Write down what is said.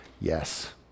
Yes